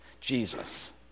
Jesus